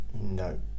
no